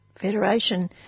Federation